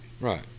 Right